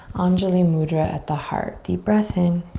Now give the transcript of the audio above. anjali mudra at the heart, deep breath in.